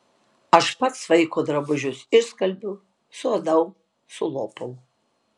aš pats vaiko drabužius išskalbiu suadau sulopau